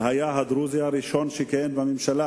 והיה הדרוזי הראשון שכיהן בממשלה,